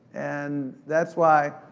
and that's why,